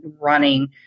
running